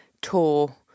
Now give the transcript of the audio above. tour